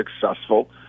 successful